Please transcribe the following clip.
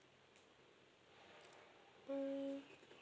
mm